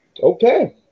Okay